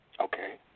Okay